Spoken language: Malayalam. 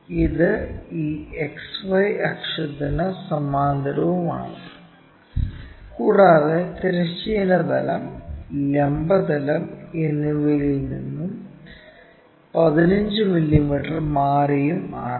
ഇത് ഈ XY അക്ഷത്തിന് സമാന്തരവുമാണ് കൂടാതെ തിരശ്ചീന തലം ലംബ തലം എന്നിവയിൽ നിന്നും 15 മില്ലീമീറ്റർ മാറിയും ആണ്